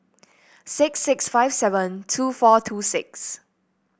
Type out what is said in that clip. six six five seven two four two six